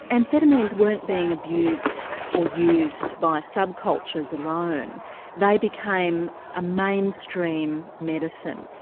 amphetamines weren't being abused or used by sub-cultures alone they became a mainstream medicine,